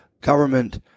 Government